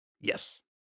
Yes